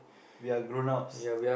we are grown ups